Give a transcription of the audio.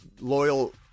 loyal